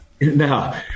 No